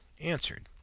answered